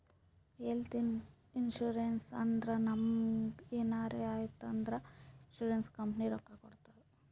health insurance ಅಂದುರ್ ನಮುಗ್ ಎನಾರೇ ಆಯ್ತ್ ಅಂದುರ್ ಇನ್ಸೂರೆನ್ಸ್ ಕಂಪನಿ ರೊಕ್ಕಾ ಕೊಡ್ತುದ್